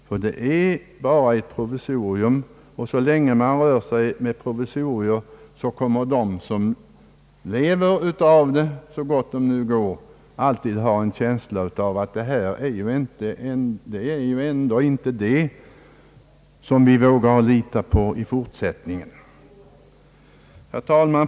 Vad som gäller för dagen är ett provisorium, och så länge vi rör oss med provisorier kommer de som lever av dem — så gott det nu går — alltid att ha en känsla av att de inte har något att förlita sig på i fortsättningen. Herr talman!